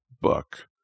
book